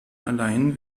allein